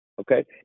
okay